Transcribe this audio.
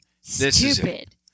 Stupid